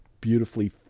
beautifully